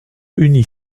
uni